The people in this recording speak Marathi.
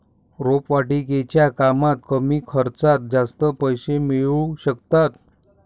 रोपवाटिकेच्या कामात कमी खर्चात जास्त पैसे मिळू शकतात